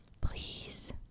Please